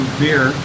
beer